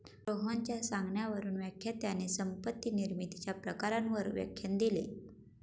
रोहनच्या सांगण्यावरून व्याख्यात्याने संपत्ती निर्मितीच्या प्रकारांवर व्याख्यान दिले